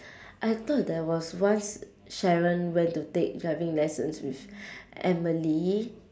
I thought there was once sharon went to take driving lesson with emily